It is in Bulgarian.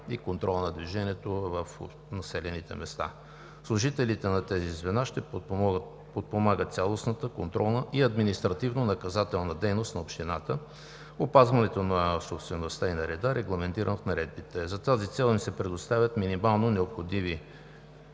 и контрола на движението в населените места. Служителите на тези звена ще подпомагат цялостната контролна и административнонаказателна дейност на общината, опазването на собствеността и на реда, регламентиран в наредбите. За тази цел им се предоставят минимално необходими